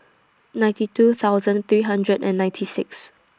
ninety two thousand three hundred and ninety six